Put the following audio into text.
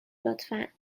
لطفا